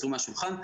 הוסרו מהשולחן.